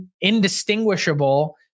indistinguishable